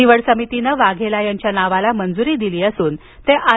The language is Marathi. निवड समितीनं वाघेला यांच्या नावाला मंजुरी दिली असून ते आर